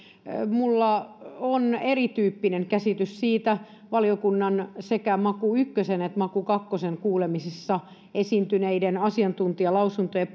minulla on erityyppinen käsitys siitä valiokunnan sekä maku ykkösen että maku kakkosen kuulemisissa esiintyneiden asiantuntijalausuntojen